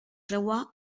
creua